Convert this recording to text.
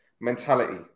mentality